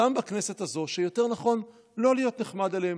גם בכנסת הזו, שיותר נכון לא להיות נחמד אליהם.